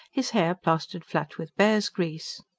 his hair plastered flat with bear's-grease.